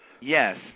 Yes